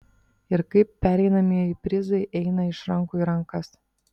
ir kaip pereinamieji prizai eina iš rankų į rankas